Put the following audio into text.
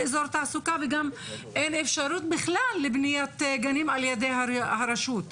איזור תעסוקה וגם אין אפשרות בכלל לבניית גנים על ידי הרשות,